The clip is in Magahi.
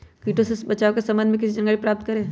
किटो से बचाव के सम्वन्ध में किसी जानकारी प्राप्त करें?